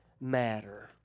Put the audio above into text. matter